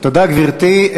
תודה, גברתי.